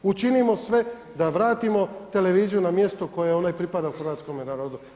Učinimo sve da vratimo televiziju na mjestu u kojem ona i pripada u hrvatskome narodu.